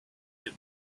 him